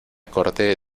corte